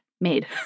made